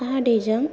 अखा हादैजों